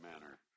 manner